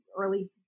early